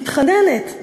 מתחננת,